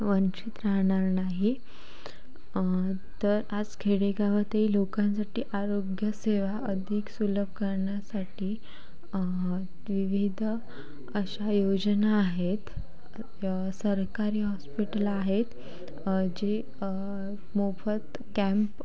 वंचित राहणार नाही तर आज खेडेगावातही लोकांसाठी आरोग्यसेवा अधिक सुलभ करण्यासाठी विविध अशा योजना आहेत सरकारी हॉस्पिटलं आहेत जे मोफत कॅम्प